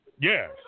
Yes